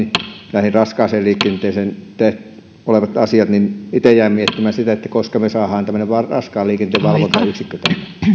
raskaaseen liikenteeseen liittyvät asiat niin itse jäin miettimään sitä että koska me saamme tällaisen raskaan liikenteen valvontayksikön